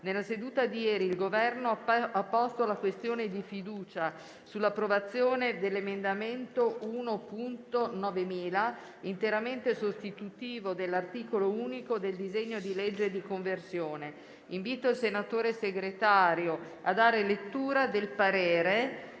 per i rapporti con il Parlamento ha posto la questione di fiducia sull'approvazione dell'emendamento 1.9000, interamente sostitutivo dell'articolo unico del disegno di legge. Invito il senatore segretario a dare lettura del parere